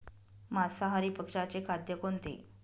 मांसाहारी पक्ष्याचे खाद्य कोणते?